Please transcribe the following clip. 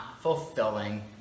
fulfilling